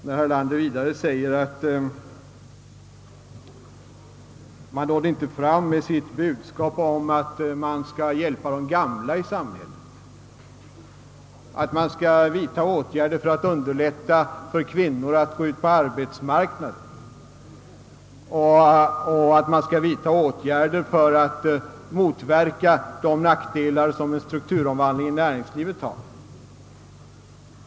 Herr Erlander sade vidare att socialdemokratien inte nått fram med sitt budskap om att man vill hjälpa de gamla i samhället och vidta åtgärder för att underlätta för kvinnorna att gå ut på arbetsmarknaden och för att motverka de nackdelar som strukturomvandlingen i samhället medför.